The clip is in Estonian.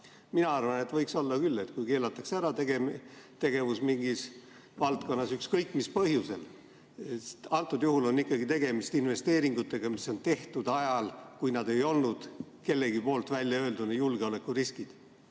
Mina arvan, et võiks olla küll, kui keelatakse ära tegevus mingis valdkonnas ükskõik mis põhjusel. Antud juhul on ikkagi tegemist investeeringutega, mis on tehtud ajal, kui nad ei olnud kellegi poolt väljaöelduna julgeolekuriskid.